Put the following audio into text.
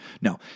No